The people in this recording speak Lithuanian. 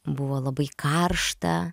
buvo labai karšta